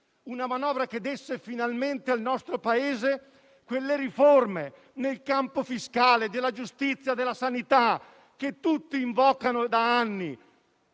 una manovra che desse finalmente al nostro Paese quelle riforme nel campo fiscale, della giustizia e della sanità che tutti invocano da anni,